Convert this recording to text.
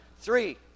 Three